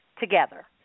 together